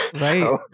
right